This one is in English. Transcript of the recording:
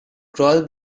crawl